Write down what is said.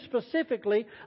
specifically